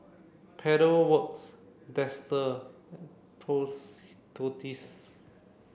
Pedal Works Dester